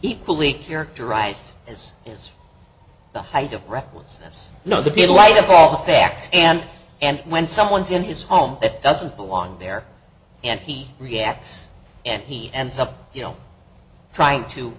equally characterized as is the height of recklessness you know the light of all the facts and and when someone's in his home that doesn't belong there and he reacts and he ends up you know trying to